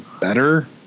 better